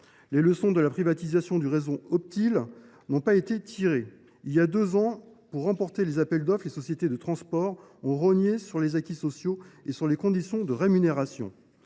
Les leçons de la privatisation du réseau Optile n’ont pas été tirées. Voilà deux ans, pour remporter les appels d’offres, les sociétés de transport ont rogné sur les acquis sociaux et les conditions de rémunération.